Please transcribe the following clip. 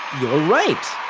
right!